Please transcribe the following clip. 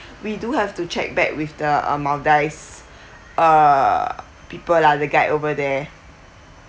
we do have to check back with the um maldives uh people lah the guide over there